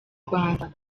rwanda